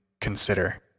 consider